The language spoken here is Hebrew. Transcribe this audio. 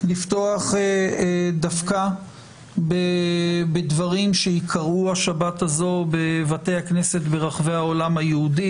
לפתוח דווקא בדברים שייקראו השבת הזו בבתי הכנסת ברחבי העולם היהודי.